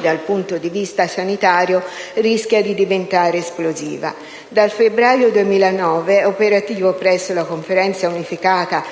dal punto di vista sanitario, rischia di diventare esplosiva. Dal febbraio 2009 è operativo presso la Conferenza unificata